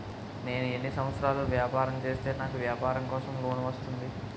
నేను ఎన్ని సంవత్సరాలు వ్యాపారం చేస్తే నాకు వ్యాపారం కోసం లోన్ వస్తుంది?